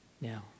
Now